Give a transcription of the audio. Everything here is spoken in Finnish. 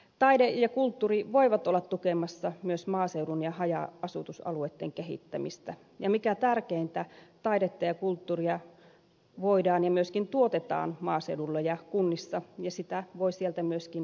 taide ja kulttuuri voivat olla tukemassa myös maaseudun ja haja asutusalueitten kehittämistä ja mikä tärkeintä taidetta ja kulttuuria voidaan tuottaa ja myöskin tuotetaan maaseudulla ja kunnissa ja sitä voi sieltä myöskin viedä muualle